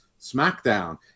SmackDown